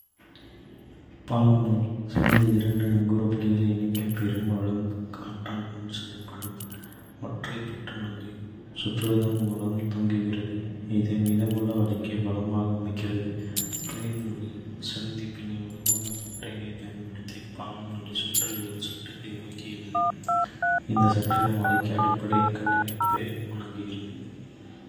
பாலம் நூல் சிலந்தி இரண்டு நங்கூர புள்ளிகளை இணைக்க பெரும்பாலும் காற்றால் கொண்டு செல்லப்படும் ஒற்றை பட்டு நூலை சுழற்றுவதன் மூலம் தொடங்குகிறது. இது மீதமுள்ள வலைக்கு பாலமாக அமைகிறது. பிரேம் நூல்கள் சிலந்தி பின்னர் வலுவான பட்டைப் பயன்படுத்தி பாலம் நூலைச் சுற்றி ஒரு சட்டத்தை உருவாக்குகிறது. இந்த சட்டகம் வலைக்கு அடிப்படை கட்டமைப்பை வழங்குகிறது.